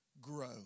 Grow